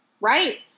right